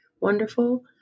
wonderful